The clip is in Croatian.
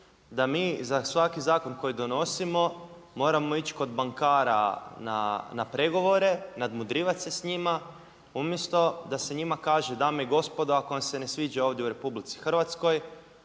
da mi za svaki zakon koji donosimo moramo ići kod bankara na pregovore, nadmudrivati se s njima umjesto da se njima kaže dame i gospodo ako vam se ne sviđa ovdje u RH idite van,